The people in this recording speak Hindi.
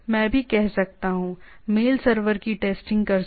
मैं भी कह सकता हूं मेल सर्वर की टेस्टिंग कर सकता हूं